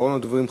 אחרון הדוברים,